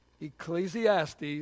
Ecclesiastes